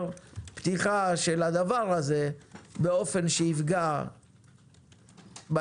פתיחה של הדבר הזה באופן שיפגע בלקוחות,